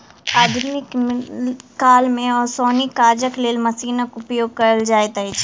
आधुनिक काल मे ओसौनीक काजक लेल मशीनक उपयोग कयल जाइत अछि